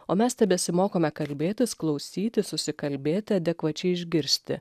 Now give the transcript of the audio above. o mes tebesimokome kalbėtis klausytis susikalbėti adekvačiai išgirsti